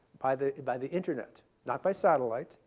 by the by the internet. not by satellite,